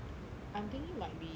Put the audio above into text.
I'm thinking might be